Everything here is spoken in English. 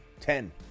ten